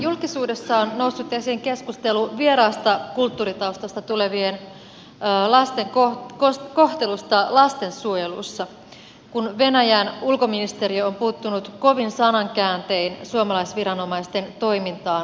julkisuudessa on noussut esiin keskustelu vieraasta kulttuuritaustasta tulevien lasten kohtelusta lastensuojelussa kun venäjän ulkoministeriö on puuttunut kovin sanankääntein suomalaisviranomaisten toimintaan lastensuojelussa